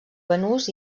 banús